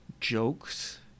jokes